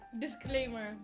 disclaimer